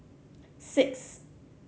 six